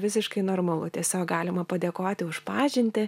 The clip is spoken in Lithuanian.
visiškai normalu tiesiog galima padėkoti už pažintį